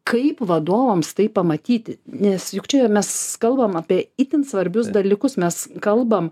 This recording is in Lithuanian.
kaip vadovams tai pamatyti nes juk čia mes kalbam apie itin svarbius dalykus mes kalbam